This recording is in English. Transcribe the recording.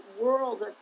world